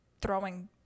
throwing